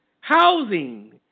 housing